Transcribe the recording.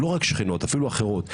לא רק שכנות אפילו אחרות,